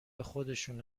خودشونه